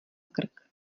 krk